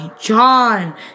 John